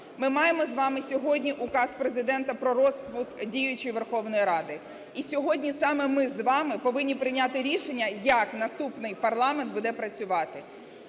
Ми маємо з вами сьогодні Указ Президент про розпуск діючої Верховної Ради. І сьогодні саме ми з вами повинні прийняти рішення, як наступний парламент буде працювати.